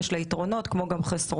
יש לה יתרונות כמו גם חסרונות.